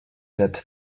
that